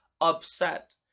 upset